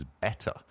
better